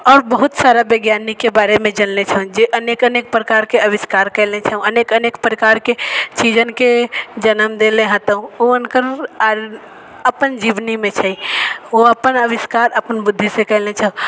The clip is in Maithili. आओर बहुत सारा वैज्ञानिकके बारेमे जनलए छौँ जे अनेक अनेक प्रकारके अविष्कार कएले छौँ अनेक अनेक प्रकारके चीजनके जनम देले हतौँ हुनकर अपन जीवनीमे छै ओ अपन अविष्कार अपन बुद्धिसँ कएले छौँ